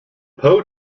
poe